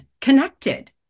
connected